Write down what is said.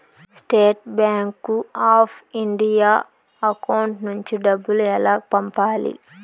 State bank of India account నుంచి డబ్బులు ఎలా పంపాలి?